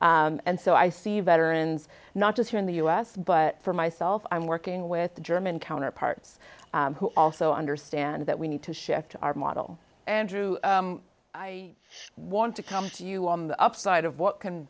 and so i see veterans not just here in the u s but for myself i'm working with the german counterparts who also understand that we need to shift our model andrew i want to come to you on the upside of what can